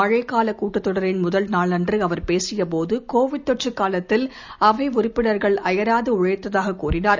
மனழக்காலக் கூட்டத்தொடரின் முதல் நாளன்று அவர் பேசியபோது கோவிட் தொற்று காலத்தில் அவை உறுப்பினர்கள் அபராது உழைத்ததாக கூறினார்